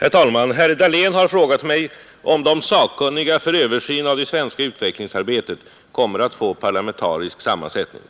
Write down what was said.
Herr talman! Herr Dahlén har frågat mig om de sakkunniga för översyn av det svenska utvecklingsarbetet kommer att få parlamentarisk sammansättning.